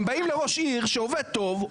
הם באים לראש עיר שעובד טוב,